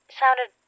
sounded